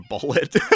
bullet